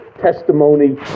testimony